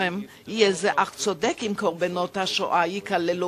אולם זה יהיה אך צודק אם קורבנות השואה ייכללו